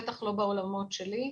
בטח לא בעולמות שלי.